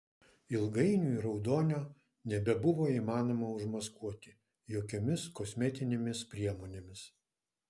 ilgainiui raudonio nebebuvo įmanoma užmaskuoti jokiomis kosmetinėmis priemonėmis